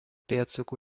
pėdsakų